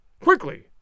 Quickly